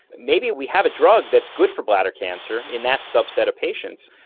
maybe we have a drug that's good for bladder cancer in that subset of patients,